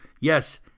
Yes